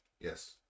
Yes